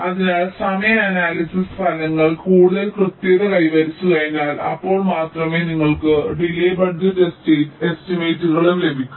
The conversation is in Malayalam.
അതിനാൽ സമയ അനാലിസിസ് ഫലങ്ങൾ കൂടുതൽ കൃത്യത കൈവരിച്ചുകഴിഞ്ഞാൽ അപ്പോൾ മാത്രമേ നിങ്ങൾക്ക് ഡിലെ ബജറ്റ് എസ്റ്റിമേറ്റുകളും ലഭിക്കൂ